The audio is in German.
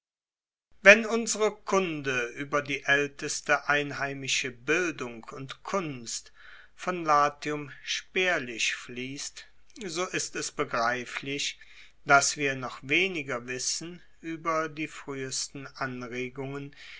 wenn unsere kunde ueber die aelteste einheimische bildung und kunst von latium spaerlich fliesst so ist es begreiflich dass wir noch weniger wissen ueber die fruehesten anregungen